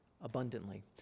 abundantly